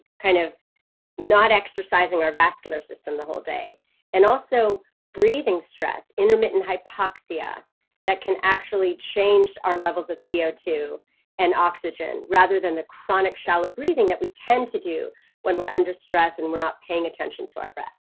kind of not exercising our vascular system the whole day and also breathing stress intermittent hypoxia that can actually change our levels of c o two and oxygen rather than the chronic shallow breathing that we tend to do when we're under stress, and we're not paying attention to our breath